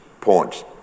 points